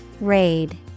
Raid